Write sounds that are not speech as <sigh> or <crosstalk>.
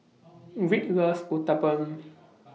<noise> Rick loves Uthapam